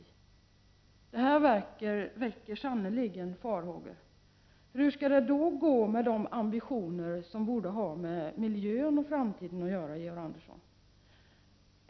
Det här väcker sannerligen farhågor om hur det skall gå med de ambitioner som borde finnas när det gäller miljön och framtiden, Georg Andersson!